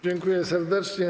Dziękuję serdecznie.